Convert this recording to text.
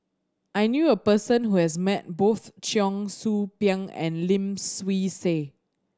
I knew a person who has met both Cheong Soo Pieng and Lim Swee Say